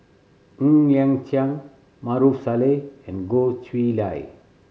Ng Liang Chiang Maarof Salleh and Goh Chiew Lye